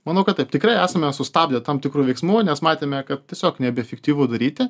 manau kad taip tikrai esame sustabdę tam tikrų veiksmų nes matėme kad tiesiog nebeefektyvu daryti